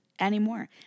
anymore